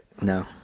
No